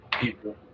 people